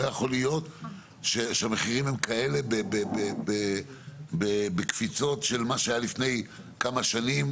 לא יכול להיות שהמחירים הם כאלה בקפיצות של מה שהיה לפני כמה שנים,